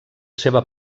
seva